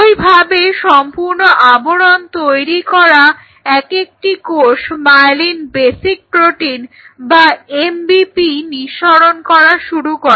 ওই ভাবে সম্পূর্ণ আবরণ তৈরি করা এক একটি কোষ মায়েলিন বেসিক প্রোটিন বা MBP নিঃসরণ করা শুরু করে